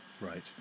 right